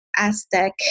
Aztec